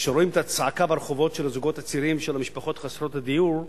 כשרואים את הצעקה של הזוגות הצעירים ושל המשפחות חסרות הדיור ברחובות,